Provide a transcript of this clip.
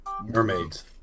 Mermaids